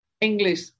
English